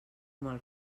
mal